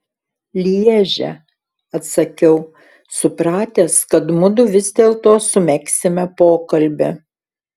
lježe atsakiau supratęs kad mudu vis dėlto sumegsime pokalbį